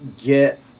get